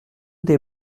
des